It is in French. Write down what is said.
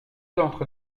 d’entre